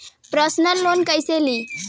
Personal loan कैसे ली?